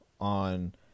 on